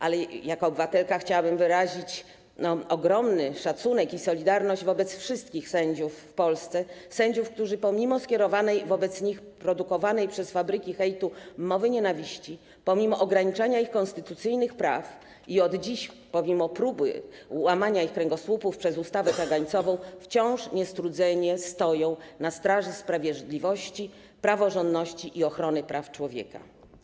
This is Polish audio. Ale jako obywatelka chciałabym wyrazić ogromny szacunek i solidarność wobec wszystkich sędziów w Polsce, sędziów, którzy pomimo skierowanej wobec nich produkowanej przez fabryki hejtu mowy nienawiści, pomimo ograniczania ich konstytucyjnych praw i od dziś pomimo próby łamania ich kręgosłupów przez ustawę kagańcową wciąż niestrudzenie stoją na straży sprawiedliwości, praworządności i ochrony praw człowieka.